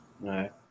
Right